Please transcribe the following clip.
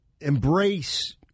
embrace